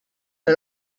had